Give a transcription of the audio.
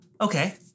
Okay